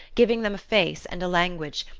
giving them a face and a language,